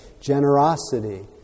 generosity